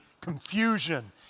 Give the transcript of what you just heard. confusion